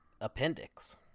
Appendix